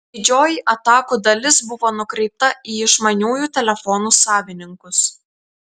didžioji atakų dalis buvo nukreipta į išmaniųjų telefonų savininkus